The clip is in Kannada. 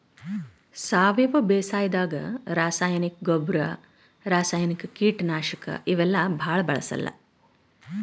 ಸಾವಯವ ಬೇಸಾಯಾದಾಗ ರಾಸಾಯನಿಕ್ ಗೊಬ್ಬರ್, ರಾಸಾಯನಿಕ್ ಕೀಟನಾಶಕ್ ಇವೆಲ್ಲಾ ಭಾಳ್ ಬಳ್ಸಲ್ಲ್